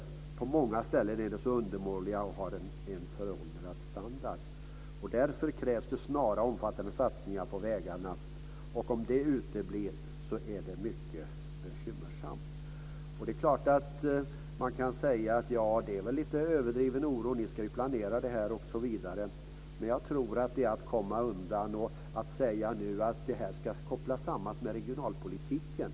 På många ställen är de undermåliga och har en föråldrad standard. Därför krävs det snara och omfattande satsningar på vägarna. Och om det uteblir så är det mycket bekymmersamt. Det är klart att man kan säga att det är en lite överdriven oro och att de ska planera detta osv. Men jag tror att det är att komma undan. Statsrådet säger nu att detta ska kopplas samman med regionalpolitiken.